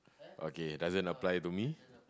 okay doesn't apply to me